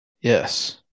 Yes